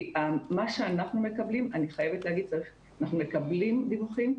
אני חייבת להגיד, אנחנו מקבלים דיווחים.